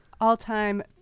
all-time